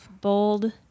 Bold